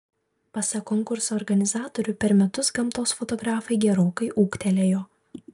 pasak konkurso organizatorių per metus gamtos fotografai gerokai ūgtelėjo